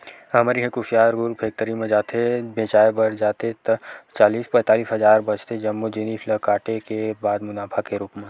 हमर इहां कुसियार गुड़ फेक्टरी म जाथे बेंचाय बर जाथे ता चालीस पैतालिस हजार बचथे जम्मो जिनिस ल काटे के बाद मुनाफा के रुप म